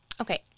okay